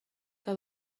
que